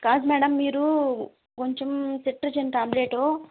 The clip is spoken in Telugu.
కాదు మేడమ్ మీరు కొంచెం సెటైరిజిన్ ట్యాబ్లెటు